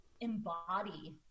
embody